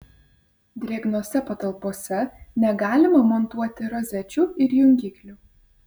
drėgnose patalpose negalima montuoti rozečių ir jungiklių